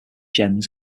gens